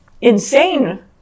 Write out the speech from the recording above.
Insane